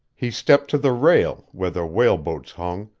he stepped to the rail, where the whaleboats hung,